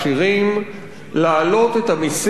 להעלות את המסים על החברות,